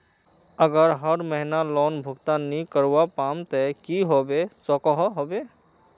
अगर हर महीना लोन भुगतान नी करवा पाम ते की होबे सकोहो होबे?